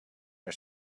are